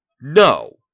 No